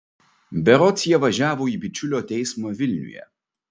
berods jie važiavo į bičiulio teismą vilniuje